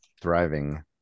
thriving